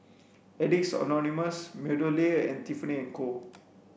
Addicts Anonymous MeadowLea and Tiffany and Co